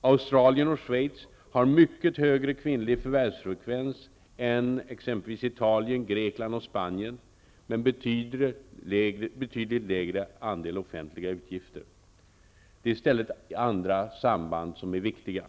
Australien och Schweiz har mycket högre kvinnlig förvärvsfrekvens än Italien, Grekland och Spanien men betydligt lägre andel offentliga utgifter. Det är i stället andra samband som är viktiga.